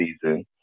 season